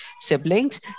siblings